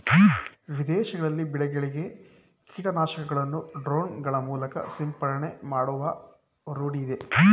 ವಿದೇಶಗಳಲ್ಲಿ ಬೆಳೆಗಳಿಗೆ ಕೀಟನಾಶಕಗಳನ್ನು ಡ್ರೋನ್ ಗಳ ಮೂಲಕ ಸಿಂಪಡಣೆ ಮಾಡುವ ರೂಢಿಯಿದೆ